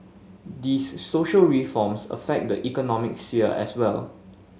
these social reforms affect the economic sphere as well